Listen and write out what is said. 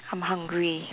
I'm hungry